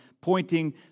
pointing